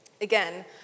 Again